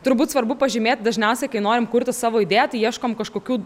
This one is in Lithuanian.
turbūt svarbu pažymėt dažniausia kai norim kurti savo idėją tai ieškom kažkokių